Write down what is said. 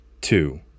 Two